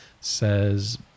says